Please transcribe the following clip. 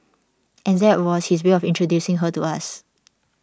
and that was his way of introducing her to us